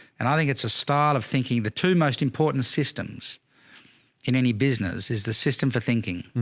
and i think it's a style of thinking. the two most important systems in any business is the system for thinking.